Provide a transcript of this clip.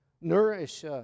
Nourish